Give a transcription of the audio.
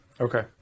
Okay